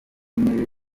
w’intebe